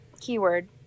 Keyword